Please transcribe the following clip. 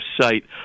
sight